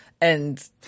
and-